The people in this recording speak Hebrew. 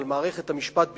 על מערכת המשפט בכלל,